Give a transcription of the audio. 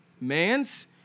man's